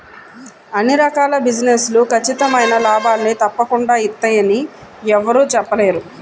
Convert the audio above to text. అన్ని రకాల బిజినెస్ లు ఖచ్చితమైన లాభాల్ని తప్పకుండా ఇత్తయ్యని యెవ్వరూ చెప్పలేరు